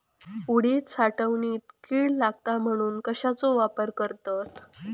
उडीद साठवणीत कीड लागात म्हणून कश्याचो वापर करतत?